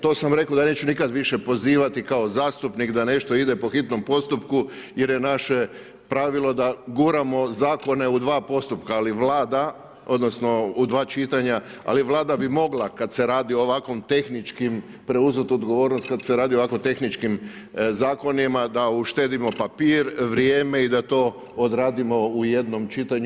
To sam rekao da neću više nikad više pozivati kao zastupnik, da nešto ide po hitnom postupku jer je naše pravilo da guramo zakone u 2 postupka, ali Vlada, odnosno, u 2 čitanja, ali Vlada bi mogla kad se radi o ovako tehničkim, preuzeti odgovornost, kad se radi o ovako tehničkim zakonima, da uštedimo papir, vrijeme i da to odradimo u jednom čitanju.